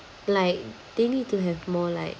like they need to have more like